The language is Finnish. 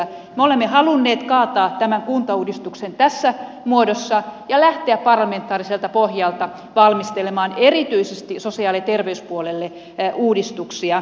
me olemme halunneet kaataa tämän kuntauudistuksen tässä muodossa ja lähteä parlamentaariselta pohjalta valmistelemaan erityisesti sosiaali ja terveyspuolelle uudistuksia